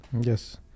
Yes